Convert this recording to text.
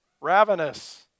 ravenous